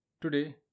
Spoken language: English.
Today